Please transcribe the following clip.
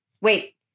Wait